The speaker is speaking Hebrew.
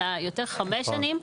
אלא חמש שנים.